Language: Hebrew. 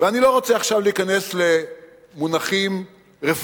ואני לא רוצה עכשיו להיכנס למונחים רפואיים,